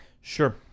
Sure